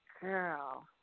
girl